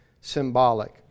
symbolic